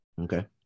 Okay